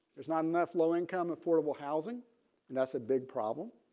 there's not enough low income affordable housing and that's a big problem.